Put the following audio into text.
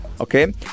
okay